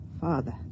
father